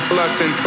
lesson